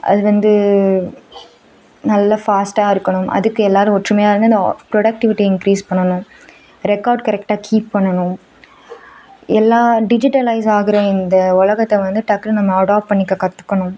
அது வந்து நல்ல ஃபாஸ்ட்டாக இருக்கணும் அதுக்கு எல்லோரும் ஒற்றுமையாக இருந்து இந்த ப்ரொடெக்ட்டிவிட்டி இங்க்கிரிஸ் பண்ணணும் ரெக்கார்ட் கரெக்டாக கீப் பண்ணணும் எல்லாம் டிஜிட்டலைஸ் ஆகிற இந்த ஒலகத்தை வந்து டக்குன்னு நம்ம அடாப் பண்ணிக்க கற்றுக்கணும்